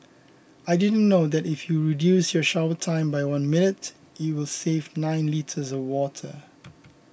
I didn't know that if you reduce your shower time by one minute it will save nine litres of water